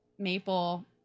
Maple